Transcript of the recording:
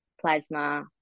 plasma